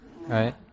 right